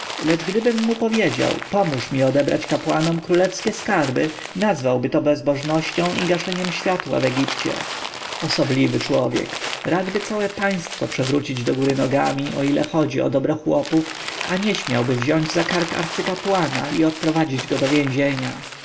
lecz gdybym mu powiedział pomóż mi odebrać kapłanom królewskie skarby nazwałby to bezbożnością i gaszeniem światła w egipcie osobliwy człowiek radby całe państwo przewrócić do góry nogami o ile chodzi o dobro chłopów a nie śmiałby wziąć za kark arcykapłana i odprowadzić go do więzienia